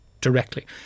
directly